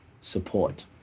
support